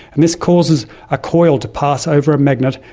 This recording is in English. this causes a coil to pass over a magnet,